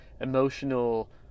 emotional